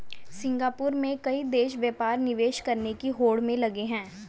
Singapore में कई देश व्यापार निवेश करने की होड़ में लगे हैं